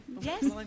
Yes